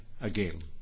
again